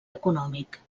econòmic